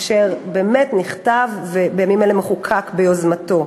אשר באמת נכתב ובימים אלה מחוקק ביוזמתו.